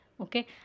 Okay